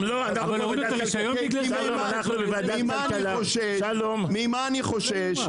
ממה אני חושש?